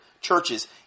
churches